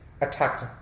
attacked